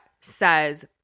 says